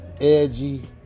edgy